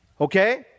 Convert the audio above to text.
Okay